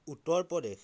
Uttar Pradesh